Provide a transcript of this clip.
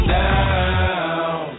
down